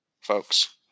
folks